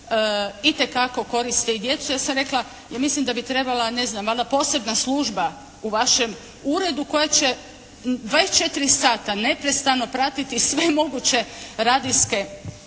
itekako koristi i djeci. Ja sam rekla, ja mislim da bi trebala ne znam valjda posebna služba u vašem uredu koja će 24 sata neprestano pratiti sve moguće radijske